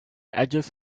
edges